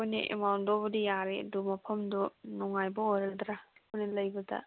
ꯍꯣꯏꯅꯦ ꯑꯦꯃꯥꯎꯟꯗꯨꯕꯨꯗꯤ ꯌꯥꯔꯦ ꯑꯗꯨ ꯃꯐꯝꯗꯣ ꯅꯨꯡꯉꯥꯏꯕ ꯑꯣꯏꯔꯗ꯭ꯔꯥ ꯑꯩꯈꯣꯏꯅ ꯂꯩꯕꯗ